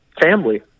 family